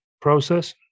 process